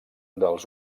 dels